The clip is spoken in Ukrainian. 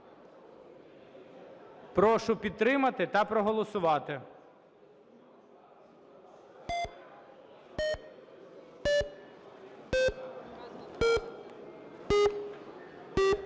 Прошу підтримати та проголосувати.